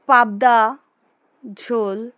পাবদা ঝোল